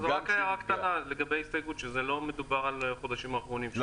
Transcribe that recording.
זו רק הערה קטנה והסתייגות שלא מדובר בחודשים האחרונים של הקורונה.